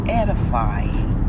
edifying